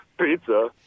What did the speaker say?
pizza